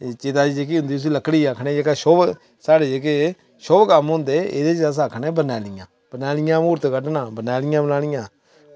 चीता दी जेह्की होंदी उस्सी लकड़ी आक्खने जेह्का शुभ साढ़े जेह्के शुभ कम्म होंदे एह्दे च अस आक्खने बनैलियां बनैलियां मूर्त कड्ढना बनैलियां बनानियां